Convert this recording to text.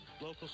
local